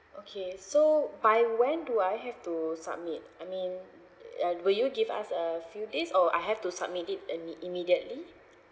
okay so by when do I have to submit I mean uh will you give us a few days or I have to submit it imme~ immediately